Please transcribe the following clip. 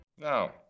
Now